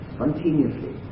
continuously